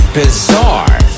bizarre